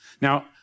Now